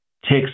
Text